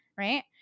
Right